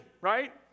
right